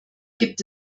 gibt